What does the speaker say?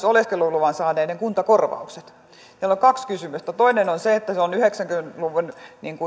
oleskeluluvan saaneiden kuntakorvaukset meillä on kaksi kysymystä toinen on se että yhdeksänkymmentä luvun